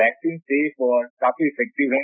vaccine safe और काफी effective है